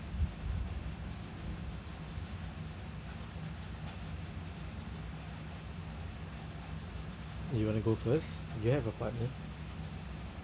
you wanna go first you have a partner